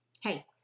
Hey